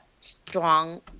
strong